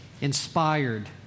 inspired